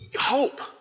Hope